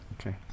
Okay